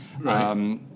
Right